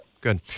Good